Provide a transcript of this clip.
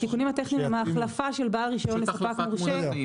התיקונים הטכניים הם ההחלפה של "בעל רישיון" ל"ספק מורשה".